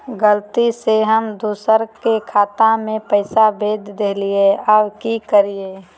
गलती से हम दुसर के खाता में पैसा भेज देलियेई, अब की करियई?